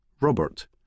Robert